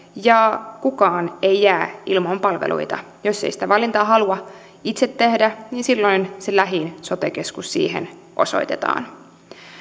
ja kukaan ei jää ilman palveluita jos ei sitä valintaa halua itse tehdä niin silloin se lähin sote keskus osoitetaan